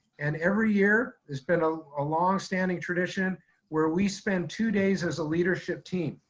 and every year has been ah a long standing tradition where we spend two days as a leadership team,